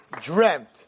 dreamt